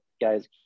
guys